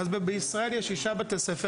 בישראל יש שישה בתי ספר,